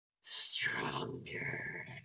stronger